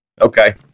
Okay